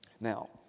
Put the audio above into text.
Now